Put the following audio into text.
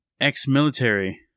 Ex-military